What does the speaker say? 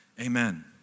amen